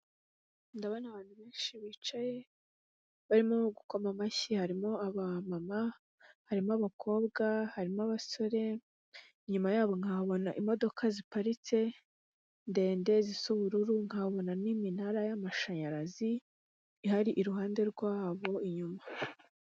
Ndabona abantu benshi bicaye, barimo gukoma amashyi, harimo abamama, harimo abakobwa, harimo abasore, inyuma yabo nkahabona imodoka ziparitse, ndende, zisa ubururu, nkabona n'iminara y'amashanyarazi ihari iruhande rwabo, inyuma.